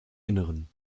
innern